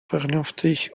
vernünftig